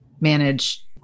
manage